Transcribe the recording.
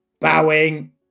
Bowing